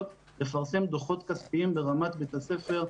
לפרסם דוחות כספיים ברמת בית הספר.